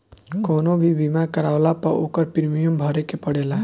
कवनो भी बीमा करवला पअ ओकर प्रीमियम भरे के पड़ेला